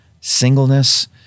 singleness